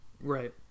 Right